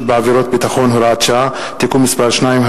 בעבירות ביטחון) (הוראת שעה) (תיקון מס' 2),